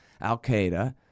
Al-Qaeda